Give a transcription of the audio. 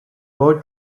boy